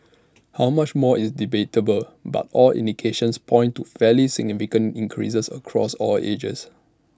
how much more is debatable but all indications point to fairly significant increases across all ages